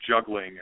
juggling